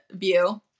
view